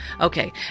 okay